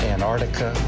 Antarctica